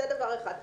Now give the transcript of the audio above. זה דבר אחד.